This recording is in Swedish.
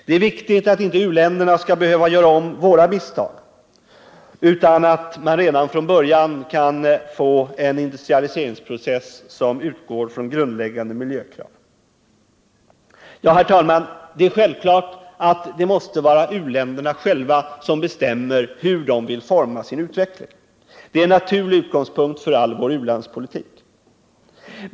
Det är viktigt att u-länderna inte skall behöva göra om våra misstag, utan att man redan från början kan få en industrialiseringsprocess som utgår från grundläggande miljökrav. Herr talman! Det är självklart att det måste vara u-länderna själva som bestämmer hur de vill forma sin utveckling. Det är en naturlig utgångspunkt för all vår u-landspolitik.